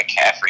McCaffrey